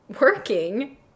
working